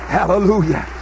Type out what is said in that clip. hallelujah